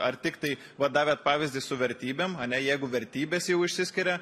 ar tiktai vat davėt pavyzdį su vertybėm ane jeigu vertybės jau išsiskiria